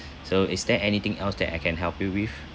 so is there anything else that I can help you with